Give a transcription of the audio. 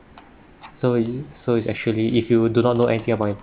so you so it's actually if you do not know anything about it